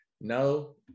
no